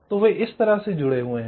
तो वे इस तरह से जुड़े हुए हैं